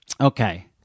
okay